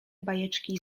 bajeczki